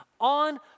On